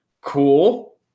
cool